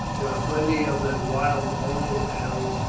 there are plenty of them wild all over the hills,